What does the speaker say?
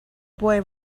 boy